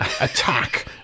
attack